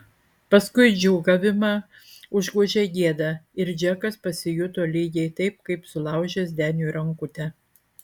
paskui džiūgavimą užgožė gėda ir džekas pasijuto lygiai taip kaip sulaužęs deniui rankutę